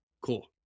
Cool